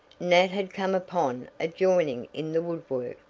nat had come upon a joining in the woodwork.